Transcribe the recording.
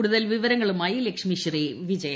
കൂടുതൽ വിവരങ്ങളുമായി ലക്ഷ്മി ശ്രീ വിജയ